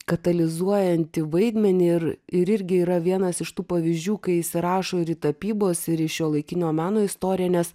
katalizuojantį vaidmenį ir ir irgi yra vienas iš tų pavyzdžių kai įsirašo ir į tapybos ir į šiuolaikinio meno istoriją nes